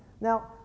Now